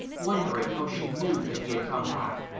wondering how she knew that he had come back.